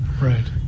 right